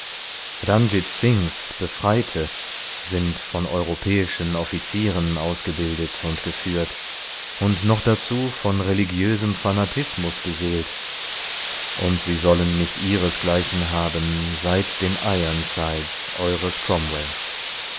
befreite sind von europäischen offizieren ausgebildet und geführt und noch dazu von religiösem fanatismus beseelt und sie sollen nicht ihresgleichen haben seit den ironsides eures